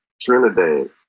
Trinidad